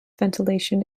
ventilation